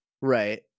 Right